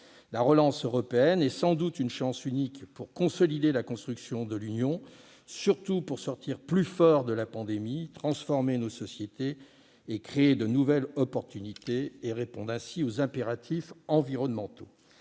La relance européenne est sans doute une chance unique de consolider la construction de l'Union, surtout si nous voulons sortir plus forts de la pandémie, transformer nos sociétés, créer de nouvelles possibilités et répondre ainsi aux impératifs environnementaux.